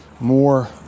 more